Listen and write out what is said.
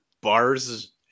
bars